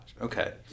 Okay